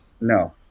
No